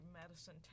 medicine